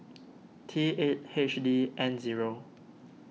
T eight H D N zero